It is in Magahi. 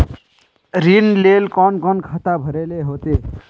ऋण लेल कोन कोन खाता भरेले होते?